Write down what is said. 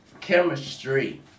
chemistry